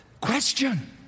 question